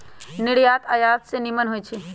निर्यात आयात से निम्मन होइ छइ